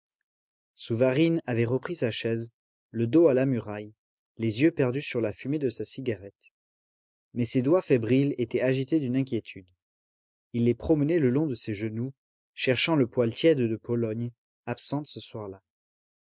souvarine avait repris sa chaise le dos à la muraille les yeux perdus sur la fumée de sa cigarette mais ses doigts fébriles étaient agités d'une inquiétude il les promenait le long de ses genoux cherchant le poil tiède de pologne absente ce soir-là